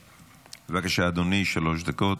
בבקשה, אדוני, שלוש דקות.